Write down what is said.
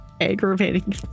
aggravating